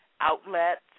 outlets